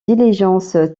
diligence